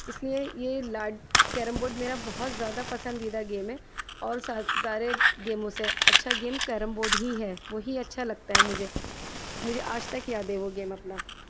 اس لیے یہ لاٹ کیرم بورڈ میرا بہت زیادہ پسندیدہ گیم ہے اور سا سارے گیموں سے اچھا گیم کیرم بورڈ ہی ہے وہی اچھا لگتا ہے مجھے مجھے آج تک یاد ہے وہ گیم اپنا